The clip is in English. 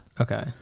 Okay